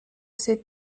ses